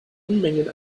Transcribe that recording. unmengen